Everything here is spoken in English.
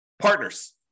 Partners